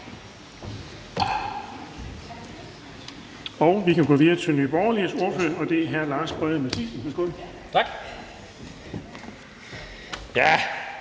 Vi går videre til Nye Borgerliges ordfører, og det er hr. Lars Boje Mathiesen. Værsgo. Kl.